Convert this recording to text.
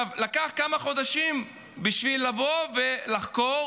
לקח כמה חודשים לבוא ולחקור